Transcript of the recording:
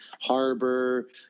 harbor